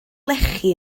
lechi